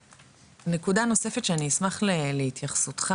נקודה נוספת שאני אשמח שתתייחס אליה,